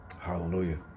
Hallelujah